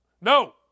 No